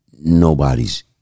nobody's